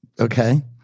okay